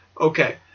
Okay